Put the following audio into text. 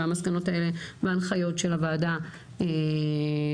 המסקנות האלה וההנחיות של הוועדה שניתנו,